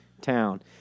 town